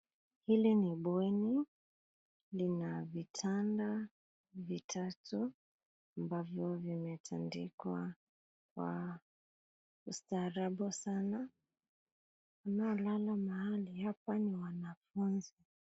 Hili ni bweni, lina vitanda vitatu ambavyo vimetandikwa kwa ustaraabu sana. Wanaolala mahali hapa ni wanafunzi.